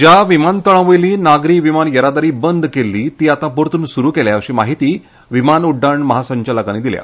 ज्या विमानतळा वयली नागरी विमान येरादारी बंद केल्ली ती आतां परतून सुरू केल्या अशी माहिती विमान उड्डाण म्हासंचालकांनी दिल्या